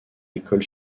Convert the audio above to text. école